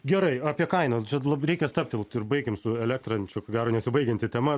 gerai apie kainas čia t lab reikia stabtelt ir baikim su elektra čia ko gero nesibaigianti tema